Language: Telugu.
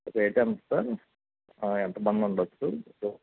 రేట్ ఎంత సార్ ఎంత మంది ఉండచ్చు